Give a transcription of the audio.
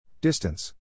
Distance